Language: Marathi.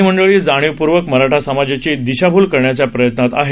काही मंडळी जाणीवपूर्वक मराठा समाजाची दिशाभूल करण्याच्या प्रयत्नात आहेत